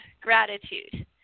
gratitude